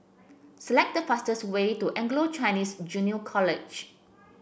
select the fastest way to Anglo Chinese Junior College